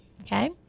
Okay